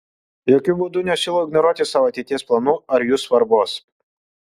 jokiu būdu nesiūlau ignoruoti savo ateities planų ar jų svarbos